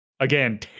Again